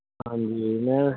ਹਾਂਜੀ ਮੈਂ